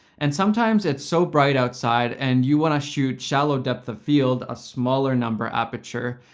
and sometimes it's so bright outside, and you wanna shoot shallow depth of field, a smaller number aperture,